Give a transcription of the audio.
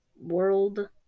World